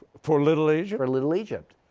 for little egypt? for little egypt?